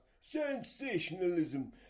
Sensationalism